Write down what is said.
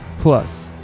Plus